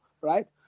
right